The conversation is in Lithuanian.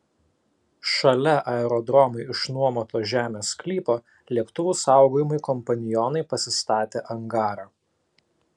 šalia aerodromui išnuomoto žemės sklypo lėktuvų saugojimui kompanionai pasistatė angarą